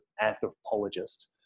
anthropologist